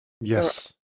Yes